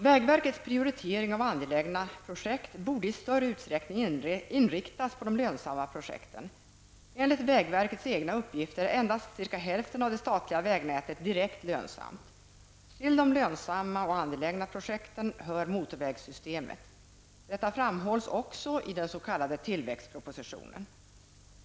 Vägverkets prioritering av angelägna projekt borde i större utsträckning inriktas på de lönsamma projekten. Enligt vägverkets egna uppgifter är endast cirka hälften av det statliga vägnätet direkt lönsamt. Till de lönsamma och angelägna projekten hör motorvägssystemet. Detta framhålls också i den s.k. tillväxtpropositionen.